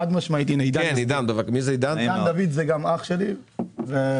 חד-משמעית, עידן שהוא גם אח שלי יסביר.